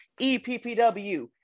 EPPW